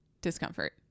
discomfort